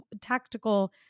tactical